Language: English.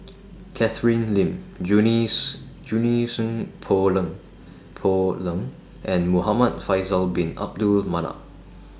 Catherine Lim Junie Junie Sng Poh Leng Poh Leng and Muhamad Faisal Bin Abdul Manap